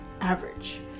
average